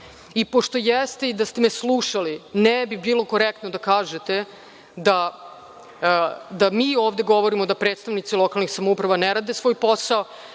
48 sati. Da ste me slušali, ne bi bilo korektno da kažete da mi ovde govorimo da predstavnici lokalnih samouprava ne rade svoj posao,